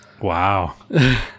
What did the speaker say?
wow